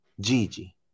Gigi